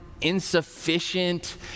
insufficient